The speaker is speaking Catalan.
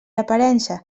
aparença